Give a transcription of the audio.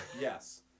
Yes